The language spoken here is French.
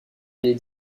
les